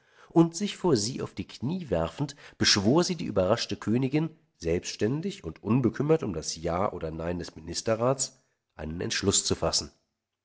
und sich vor sie auf die knie werfend beschwor sie die überraschte königin selbständig und unbekümmert um das ja oder nein des ministerrats einen entschluß zu fassen